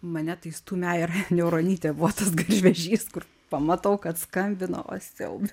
mane tai stūmė aira niauronytė buvo tas garvežys kur pamatau kad skambina o siaube